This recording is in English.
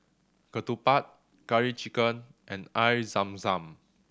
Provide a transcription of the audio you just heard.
ketupat Curry Chicken and Air Zam Zam